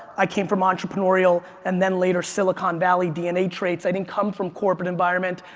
i came from entrepreneurial and then later silicon valley, dna traits, i didn't come from corporate environment.